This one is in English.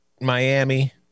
Miami